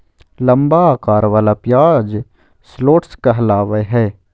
लंबा अकार वला प्याज शलोट्स कहलावय हय